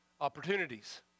opportunities